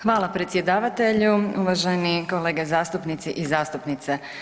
Hvala predsjedavatelju, uvaženi kolege zastupnici i zastupnice.